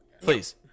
Please